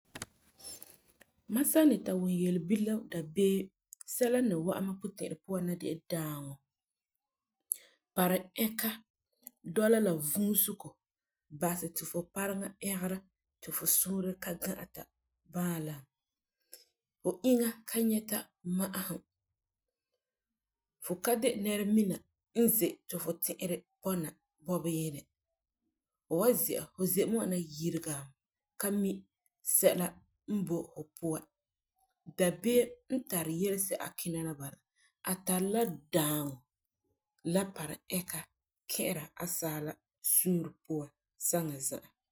Mam san ni ta wum yelebire la dabeem, sɛla n ni wa'am mam puti'irɛ n na de la dãaŋɔ, parum-ɛka dɔla la vuusego basɛ ti fu pareŋa ɛgera ti fu suure ka gã'ata bãalam, fu inya ka nyɛta ma'asum, fu ka de nɛremina n ze ti fu puti'irɛ bɔna bɔbeyinɛ, fu wan zi'an fu ze mɛ ŋwana yiregam fu ka mi sɛla n boi fu puan. Dabeem n tari yelesi'a kina na n bala ,a tari la dãaŋɔ la palum-ɛka ki'ira asaala suure puan saŋa za'a.